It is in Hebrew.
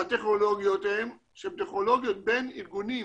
שהטכנולוגיות האלה שהן טכנולוגיות בין ארגונים